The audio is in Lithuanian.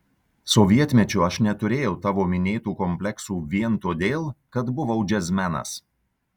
sovietmečiu aš neturėjau tavo minėtų kompleksų vien todėl kad buvau džiazmenas